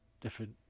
different